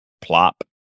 plop